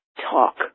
talk